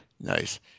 Nice